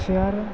chair